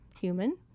human